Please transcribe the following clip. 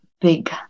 big